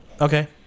Okay